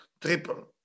triple